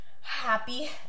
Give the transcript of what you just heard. happy